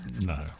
no